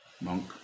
monk